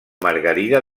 margarida